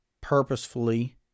purposefully